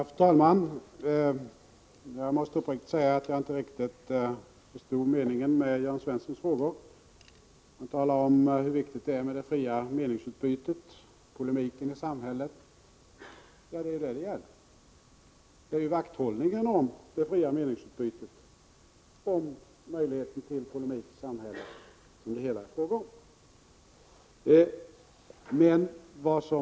Fru talman! Jag måste uppriktigt säga att jag inte riktigt förstod meningen med Jörn Svensson frågor. Han talade om hur viktigt det är med det fria meningsutbytet, polemiken i samhället. Ja, det är ju vakthållningen om det fria meningsutbytet, om möjligheten till polemik i samhället som det är fråga om.